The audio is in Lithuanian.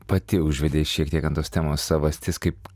pati užvedei šiek tiek ant tos temos savastis kaip